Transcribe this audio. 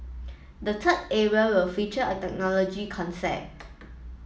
the third area will feature a technology concept